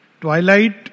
Twilight